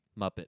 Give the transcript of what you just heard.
Muppet